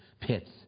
pits